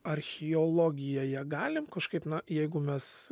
archeologija ją galim kažkaip na jeigu mes